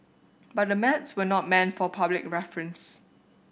but the maps were not meant for public reference